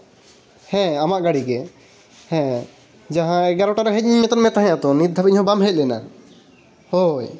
ᱦᱮᱸ ᱟᱢᱟᱜ ᱜᱟᱲᱤ ᱜᱮ ᱦᱮᱸ ᱡᱟᱦᱟᱸ ᱮᱜᱟᱨᱚᱴᱟ ᱦᱮᱡ ᱤᱧ ᱢᱮᱛᱟᱫ ᱢᱮ ᱛᱟᱦᱮᱸᱫᱼᱟ ᱛᱚ ᱱᱤᱛ ᱫᱷᱟᱹᱵᱤᱡ ᱦᱚᱸ ᱵᱟᱢ ᱦᱮᱡ ᱞᱮᱱᱟ ᱦᱳᱭ